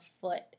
foot